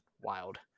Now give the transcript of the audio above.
wild